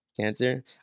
Cancer